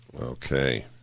Okay